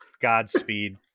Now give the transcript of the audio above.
godspeed